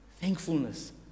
thankfulness